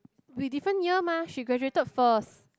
we different year mah she graduated first